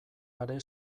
are